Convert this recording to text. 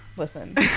listen